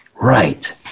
right